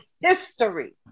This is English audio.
history